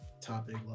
topic